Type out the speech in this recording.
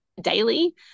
daily